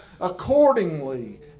accordingly